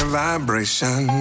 vibration